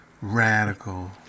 Radical